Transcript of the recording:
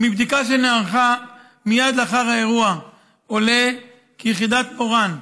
מבדיקה שנערכה מייד לאחר האירוע עולה כי יחידת מורן,